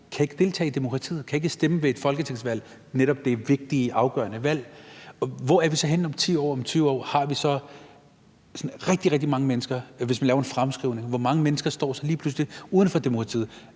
kan ikke deltage i demokratiet, kan ikke stemme ved et folketingsvalg, netop det vigtige, afgørende valg. Og hvor er vi så henne om 10 år eller om 20 år? Har vi så rigtig, rigtig mange mennesker – hvis man laver en fremskrivning – uden for demokratiet? Hvor mange mennesker står så lige pludselig uden for demokratiet?